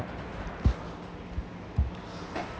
okay